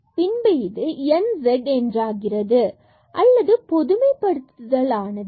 பின்பு இது nz என்றாகிறது அல்லது பொதுமைப் படுத்துதல் ஆனது